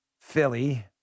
Philly